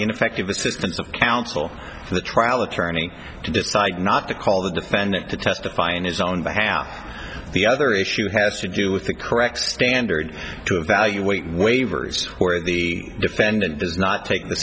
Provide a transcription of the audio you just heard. ineffective assistance of counsel for the trial attorney to decide not to call the defendant to testify in his own behalf the other issue has to do with the correct standard to evaluate waivers where the defendant does not take the